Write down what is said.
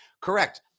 Correct